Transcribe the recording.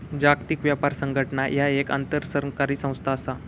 जागतिक व्यापार संघटना ह्या एक आंतरसरकारी संस्था असा